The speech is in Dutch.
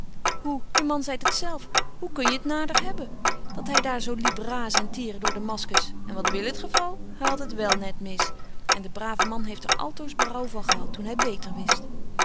burgerhart de man zeit het zelf hoe kun je t nader hebben dat hy daar zo liep razen en tieren door damascus en wat wil het geval hy hadt het wel net mis en de brave man heeft er altoos berouw van gehad toen hy beter wist